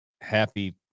happy